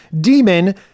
demon